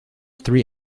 three